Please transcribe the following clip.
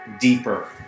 deeper